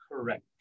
correct